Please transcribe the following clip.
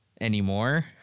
anymore